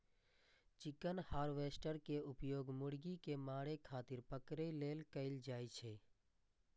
chicken harvester के उपयोग मुर्गी कें मारै खातिर पकड़ै लेल कैल जाइ छै